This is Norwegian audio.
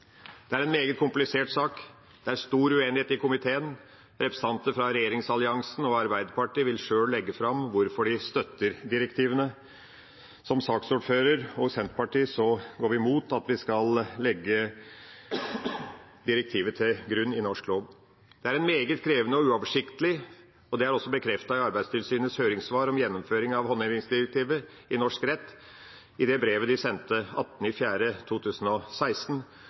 Det er en meget komplisert sak. Det er stor uenighet i komiteen. Representanter fra regjeringsalliansen og Arbeiderpartiet vil sjøl legge fram hvorfor de støtter direktivene. Jeg som saksordfører og vi i Senterpartiet går imot at vi skal legge direktivet til grunn i norsk lov. Det er meget krevende og uoversiktlig. Det er også bekreftet i Arbeidstilsynets høringssvar om gjennomføring av håndhevingsdirektiver i norsk rett, i det brevet de sendte 18. april 2016,